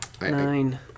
Nine